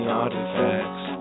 artifacts